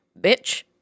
bitch